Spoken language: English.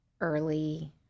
early